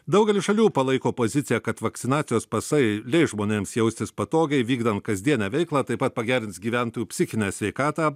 daugelis šalių palaiko poziciją kad vakcinacijos pasai leis žmonėms jaustis patogiai vykdant kasdienę veiklą taip pat pagerins gyventojų psichinę sveikatą